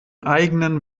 eigenen